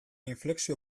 inflexio